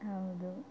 ಹೌದು